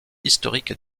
historique